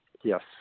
Yes